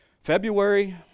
February